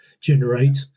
generate